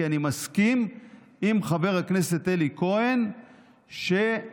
כי אני מסכים עם חבר הכנסת אלי כהן שהתמשכות